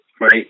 Right